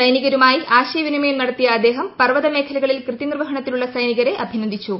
സൈനികരുമായി ആശയവിനിമയം നടത്തിയ അദ്ദേഹം പർവ്വതമേഖലകളിൽ കൃത്യനിർവ്വഹണത്തിലുള്ള സൈനികരെ അഭിനന്ദിച്ചു